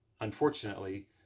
unfortunately